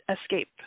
escape